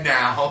now